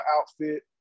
outfit